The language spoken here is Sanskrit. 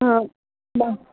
हा म